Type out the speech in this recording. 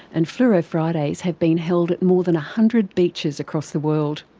and fluro fridays have been held at more than a hundred beaches across the world.